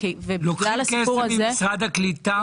לוקחים כסף ממשרד הקליטה?